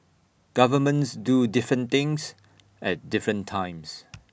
governments do different things at different times